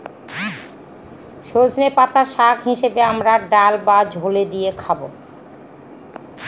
সজনের পাতা শাক হিসেবে আমরা ডাল বা ঝোলে দিয়ে খাবো